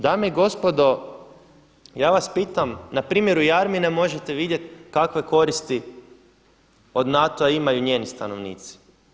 Dame i gospodo, ja vas pitam na primjeru Jarmine možete vidjeti kakve koriste od NATO-a imaju njeni stanovnici.